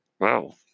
Wow